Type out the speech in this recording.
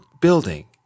building